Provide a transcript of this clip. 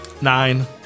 Nine